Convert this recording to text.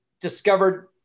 discovered